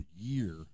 year